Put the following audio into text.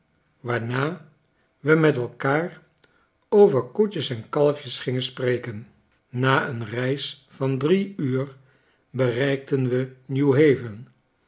waarna we met elkaar over koetjes en kalfjesgingen spreken na een reis van drie uur bereikten we new haven